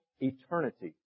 eternity